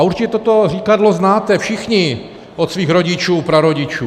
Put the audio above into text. Určitě toto říkadlo znáte všichni od svých rodičů a prarodičů.